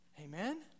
Amen